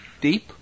Deep